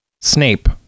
Snape